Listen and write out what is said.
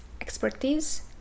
expertise